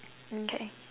okay